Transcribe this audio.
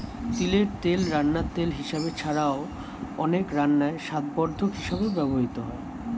তিলের তেল রান্নার তেল হিসাবে ছাড়াও, অনেক রান্নায় স্বাদবর্ধক হিসাবেও ব্যবহৃত হয়